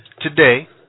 Today